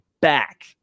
back